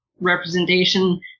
representation